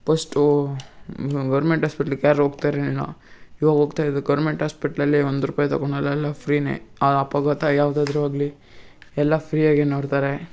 first government ಹಾಸ್ಪಿಟ್ಲಿಗೆ ಯಾರೂ ಹೋಗ್ತಾ ಇರಲಿಲ್ಲ ಇವಾಗ ಹೋಗ್ತಾ ಇದು ಗೌರ್ಮೆಂಟ್ ಹಾಸ್ಪಿಟ್ಲಲ್ಲಿ ಒಂದು ರೂಪಾಯಿ ತಗೋಳಲ್ಲ ಎಲ್ಲ ಫ್ರೀಯೇ ಆ ಅಪಘಾತ ಯಾವುದಾದ್ರು ಆಗಲಿ ಎಲ್ಲ ಫ್ರೀಯಾಗೇ ನೋಡ್ತಾರೆ